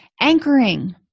Anchoring